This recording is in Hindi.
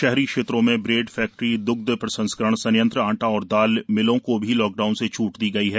शहरी क्षेत्रों में ब्रेड फैक्टरी द्ग्ध प्रसंस्करण संयंत्र आटा और दाल मिलों को भी लॉकडाउन से छूट दी गई है